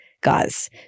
guys